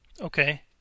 Okay